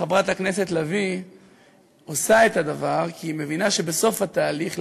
חברת הכנסת לביא עושה את הדבר כי היא מבינה שבסוף התהליך,